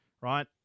right